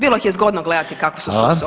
Bilo ih je zgodno gledati kako [[Upadica: Hvala.]] su se